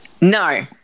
No